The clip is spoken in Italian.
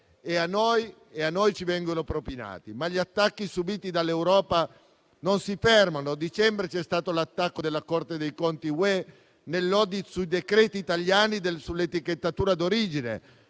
che poi ci vengono propinate. Ma gli attacchi inferti dall'Europa non si fermano: a dicembre c'è stato l'attacco della Corte dei conti dell'Unione europea nell'*audit* sui decreti italiani sull'etichettatura d'origine;